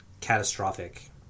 catastrophic